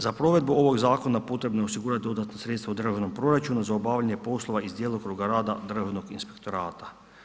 Za provedbu ovog zakona potrebno je osigurati dodatna sredstva u državnom proračunu za obavljanje poslova iz djelokruga rada Državnog inspektorata.